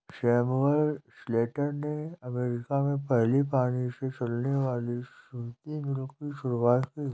Samuel Slater ने America में पहली पानी से चलने वाली सूती मिल की शुरुआत की